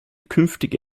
künftige